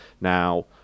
Now